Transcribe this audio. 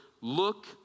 look